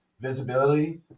visibility